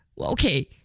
okay